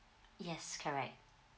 yes correct